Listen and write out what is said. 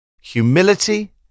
Humility